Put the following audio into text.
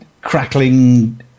crackling